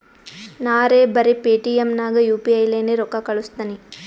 ನಾರೇ ಬರೆ ಪೇಟಿಎಂ ನಾಗ್ ಯು ಪಿ ಐ ಲೇನೆ ರೊಕ್ಕಾ ಕಳುಸ್ತನಿ